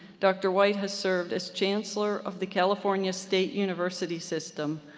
dr. white has served as chancellor of the california state university system,